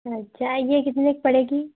अच्छा ये कितने की पड़ेगी